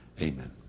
Amen